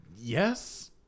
Yes